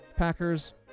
Packers